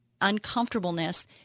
uncomfortableness